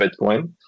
Bitcoin